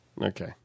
Okay